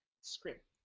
script